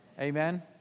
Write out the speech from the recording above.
Amen